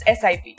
SIP